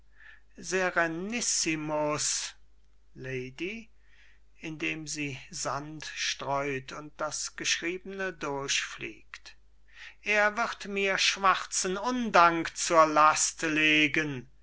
indem sie sand streut und das geschriebene durchfliegt er wird mir schwarzen undank zur last legen ich